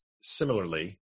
similarly